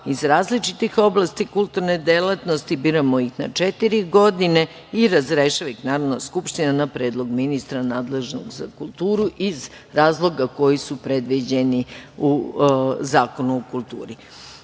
iz različitih oblasti kulturne delatnosti biramo ih na četiri godine i razrešava ih, naravno, Skupština na predlog ministra nadležnog za kulturu iz razloga koji su predviđeni u Zakonu o